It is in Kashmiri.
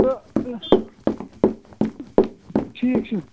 تہٕ ٹھیٖک چھُ